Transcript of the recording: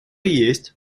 есть